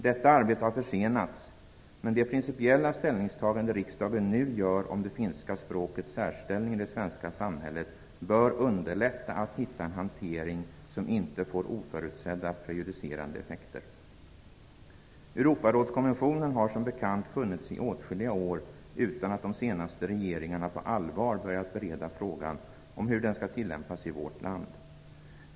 Detta arbete har försenats, men det principiella ställningstagande riksdagen nu gör om det finska språkets särställning i det svenska samhället bör underlätta att hitta en hantering som inte får oförutsedda prejudicerande effekter. Europarådskonventionen har som bekant funnits i åtskilliga år utan att de senaste regeringarna på allvar börjat bereda frågan om hur den skall tillämpas i vårt land.